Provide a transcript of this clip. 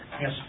Yes